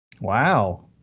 Wow